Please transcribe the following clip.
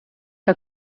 que